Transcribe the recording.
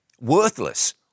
worthless